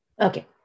Okay